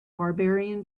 barbarian